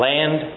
Land